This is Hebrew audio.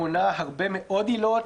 מונה הרבה מאוד עילות,